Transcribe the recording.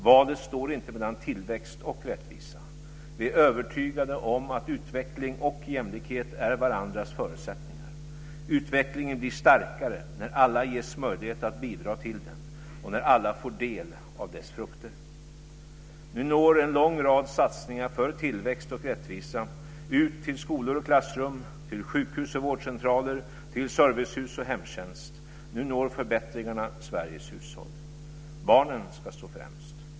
Valet står inte mellan tillväxt och rättvisa. Vi är övertygade om att utveckling och jämlikhet är varandras förutsättningar. Utvecklingen blir starkare när alla ges möjlighet att bidra till den och när alla får del av dess frukter. Nu når en lång rad satsningar för tillväxt och rättvisa ut till skolor och klassrum, till sjukhus och vårdcentraler, till servicehus och hemtjänst. Nu når förbättringarna Sveriges hushåll. Barnen ska stå främst.